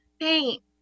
paint